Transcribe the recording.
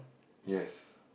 yes